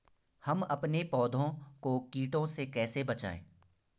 हम अपने पौधों को कीटों से कैसे बचाएं?